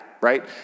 right